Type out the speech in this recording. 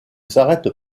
s’arrête